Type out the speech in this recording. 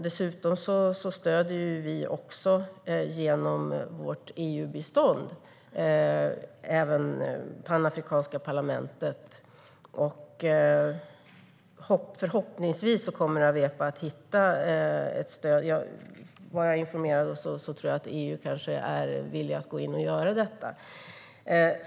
Dessutom stöder vi genom vårt EU-bistånd även det panafrikanska parlamentet. Förhoppningsvis kommer Awepa att hitta ett stöd. Såvitt jag är informerad kanske EU är villigt att gå in och göra detta.